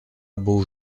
beau